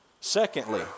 Secondly